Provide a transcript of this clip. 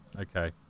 okay